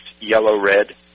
yellow-red